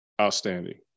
outstanding